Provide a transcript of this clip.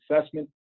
assessment